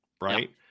right